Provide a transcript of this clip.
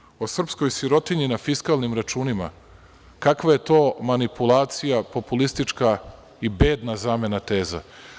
Govorili ste o srpskoj sirotinji na fiskalnim računima, kakva je to manipulacija populistička i bedna zamena teza.